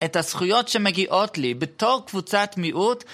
את הזכויות שמגיעות לי בתור קבוצת מיעוט